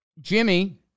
Jimmy